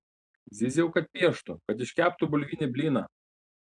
zyziau kad pieštų kad iškeptų bulvinį blyną